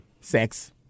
Sex